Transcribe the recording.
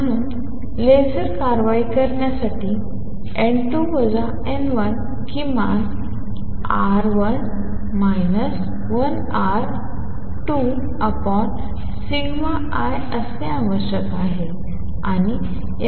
म्हणून लेसर कारवाई करण्यासाठी किमान ln〖R R〗1 R σl असणे आवश्यक आहे